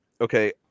okay